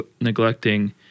neglecting